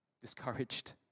discouraged